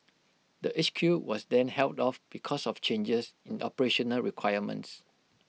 the H Q was then held off because of changes in operational requirements